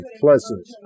pleasant